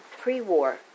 pre-war